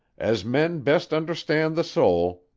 as men best understand the soul,